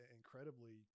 incredibly